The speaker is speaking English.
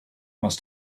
must